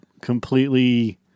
completely